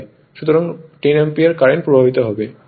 সুতরাং 10 ampere current প্রবাহিত হবে